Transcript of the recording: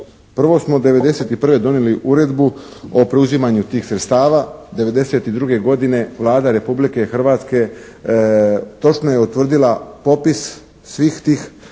Prvo smo 91. donijeli uredbu o preuzimanju tih sredstava, 92. godine Vlada Republike Hrvatske točno je utvrdila popis svih tih nekretnina